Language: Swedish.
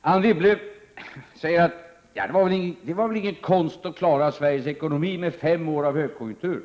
Anne Wibble säger att det väl inte var någon konst att klara Sveriges ekonomi med fem år av högkonjunktur.